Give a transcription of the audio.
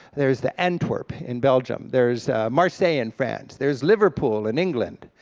there's the antwerp in belgium, there's marseille in france, there's liverpool in england,